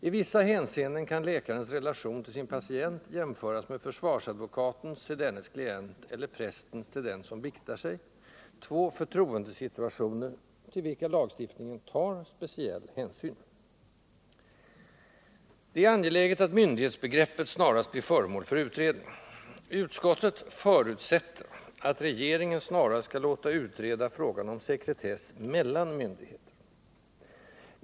I vissa hänseenden kan läkarens relation till sin patient jämföras med försvarsadvokatens till dennes klient eller prästens till den som biktar sig — två förtroendesituationer, till vilka lagstiftningen tar speciell hänsyn. Det är angeläget att myndighetsbegreppet snarast blir föremål för - utredning. Utskottet ”förutsätter” att regeringen snarast skall låta utreda frågan om sekretess mellan myndigheter.